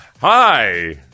hi